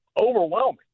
overwhelming